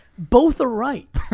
both are right.